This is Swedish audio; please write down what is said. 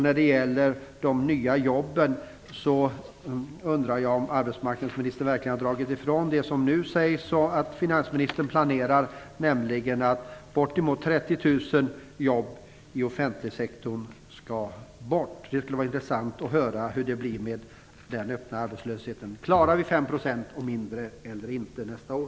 När det gäller de nya jobben undrar jag om arbetsmarknadsministern verkligen har gjort avdrag för det som det nu sägs att arbetsmarknadsministern planerar, nämligen att bortåt 30 000 jobb skall bort inom den offentliga sektorn. Det skall bli intressant att höra hur det blir med den öppna arbetslösheten. Klarar vi en nivå om 5 % eller lägre nästa år?